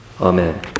Amen